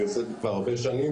אני עושה את זה כבר הרבה שנים.